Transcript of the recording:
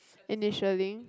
initially